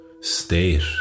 state